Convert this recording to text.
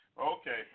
Okay